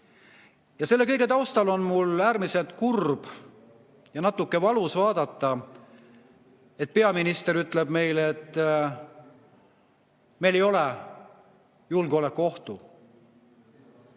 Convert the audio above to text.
Ja selle kõige taustal on mul äärmiselt kurb ja natuke valus vaadata, kui peaminister ütleb meile, et meil ei ole julgeolekuohtu.